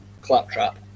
Claptrap